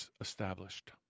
established